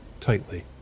tightly